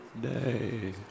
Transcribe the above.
day